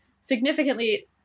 Significantly